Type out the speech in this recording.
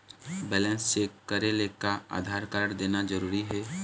Balance check करेले का Aadhaar card देना जरूरी हे?